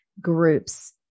groups